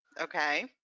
okay